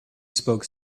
spoke